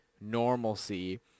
normalcy